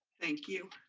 thank you.